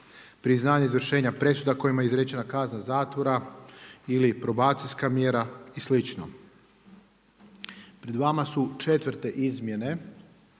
priznanje izvršenja presuda kojima je izrečena kazna zatvora ili probacijska mjera i slično. Pred vama su četvrte izmjene